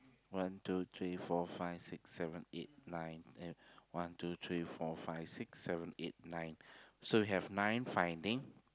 one two three four five six seven eight nine ten one two three four five six seven eight nine so we have nine finding